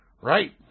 Right